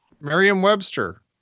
Merriam-Webster